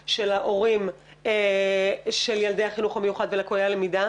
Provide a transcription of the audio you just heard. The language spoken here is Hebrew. ההורים של ילדי החינוך המיוחד וליקויי הלמידה.